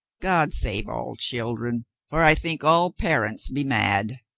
god save all children, for i think all par ents be mad.